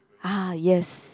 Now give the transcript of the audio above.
ah yes